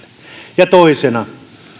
ja toisena